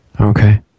Okay